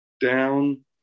down